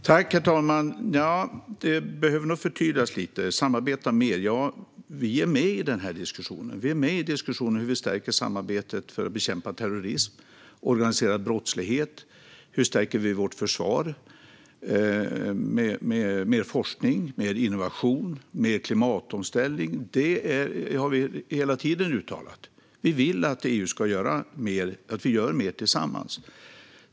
Herr talman! Detta med att samarbeta mer behöver nog förtydligas lite. Vi är med i diskussionen om hur vi stärker samarbetet för att bekämpa terrorism och organiserad brottslighet, hur vi stärker vårt försvar och hur vi får till stånd mer forskning, innovation och klimatomställning. Detta har vi hela tiden uttalat. Vi vill att EU ska göra mer och att vi ska göra mer tillsammans.